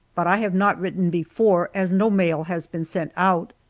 but i have not written before as no mail has been sent out.